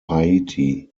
haiti